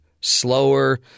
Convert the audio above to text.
slower